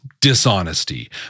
dishonesty